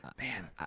Man